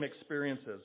experiences